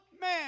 man